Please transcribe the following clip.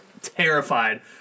terrified